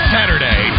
Saturday